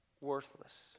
worthless